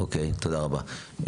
אוקיי, תודה רבה.